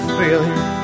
failure